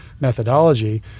methodology